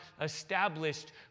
established